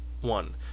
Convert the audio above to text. one